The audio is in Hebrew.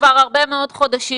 כבר הרבה מאוד חודשים.